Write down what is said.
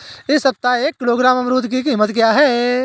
इस सप्ताह एक किलोग्राम अमरूद की कीमत क्या है?